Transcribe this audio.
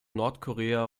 nordkorea